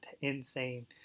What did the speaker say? insane